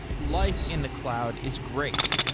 life in the cloud is great.